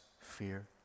fear